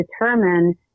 determine